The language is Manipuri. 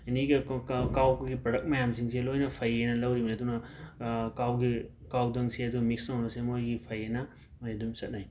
ꯑꯦꯅꯤꯒꯤ ꯀꯥꯎꯒꯤ ꯄ꯭ꯔꯗꯛ ꯃꯌꯥꯝꯁꯤꯡꯁꯦ ꯂꯣꯏꯅ ꯐꯩꯌꯦꯅ ꯂꯧꯔꯤꯕꯅꯤ ꯑꯗꯨꯅ ꯀꯥꯎꯒꯤ ꯀꯥꯎꯗꯪꯁꯦ ꯑꯗꯨꯝ ꯃꯤꯛꯁ ꯇꯧꯅꯣꯁꯦ ꯃꯣꯏꯒꯤ ꯐꯩꯌꯦꯅ ꯑꯗꯨꯝ ꯆꯠꯅꯩ